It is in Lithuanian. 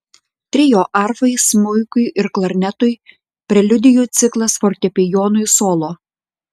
trio arfai smuikui ir klarnetui preliudijų ciklas fortepijonui solo